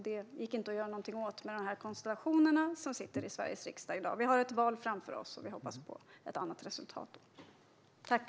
Det gick inte att göra något åt med de konstellationer vi har i Sveriges riksdag i dag. Vi har ett val framför oss, och vi hoppas på ett annat resultat då.